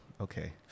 okay